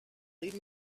leave